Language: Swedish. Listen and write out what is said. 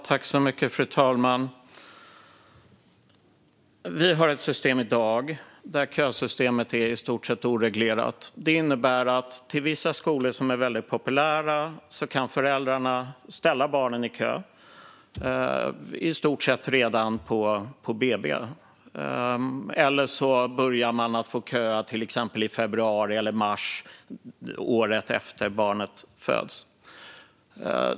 Fru talman! Vi har ett system i dag där kösystemet är i stort sett oreglerat. Det innebär att till vissa skolor som är väldigt populära kan föräldrarna ställa barnen i kö redan på BB, i stort sett, eller redan i februari eller mars året efter att barnet föds.